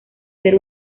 ser